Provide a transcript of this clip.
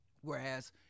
Whereas